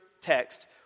text